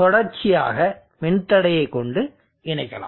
தொடர்ச்சியாக மின்தடையை கொண்டு இணைக்கலாம்